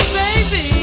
baby